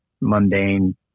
mundane